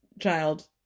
child